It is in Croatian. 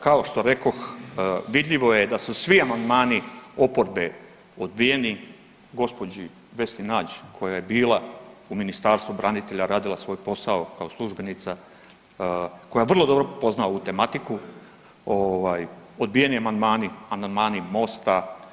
Kao što rekoh, vidljivo je da su svi amandmani oporbe odbijeni, gđi. Vesni Nađ koja je bila u Ministarstvu branitelja, radila svoj posao kao službenica koja vrlo dobro pozna ovu tematiku, ovaj, odbijeni amandmani, amandmani Mosta.